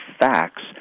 facts